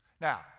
Now